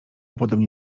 podobni